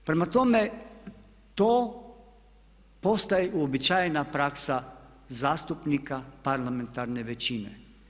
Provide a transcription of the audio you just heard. Prema tome, to postaje uobičajena praksa zastupnika parlamentarne većine.